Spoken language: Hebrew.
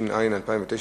התש"ע 2009,